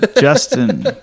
Justin